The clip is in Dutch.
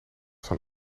van